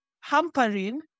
hampering